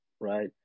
Right